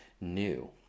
new